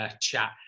chat